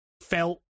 felt